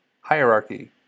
hierarchy